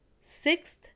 sixth